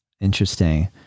Interesting